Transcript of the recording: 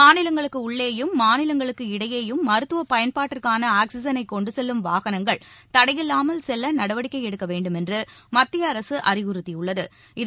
மாநிலங்களுக்கு உள்ளேயும் மாநிலங்களுக்கு இடையேயும் மருத்துவப் பயன்பாட்டிற்கான ஆக்சிஜனை கொண்டு செல்லும் வாகனங்கள் தடையில்லாமல் செல்ல நடவடிக்கை எடுக்க வேண்டுமென்று மத்திய அரசு அறிவுறுத்தியுள்ளது